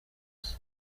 hasi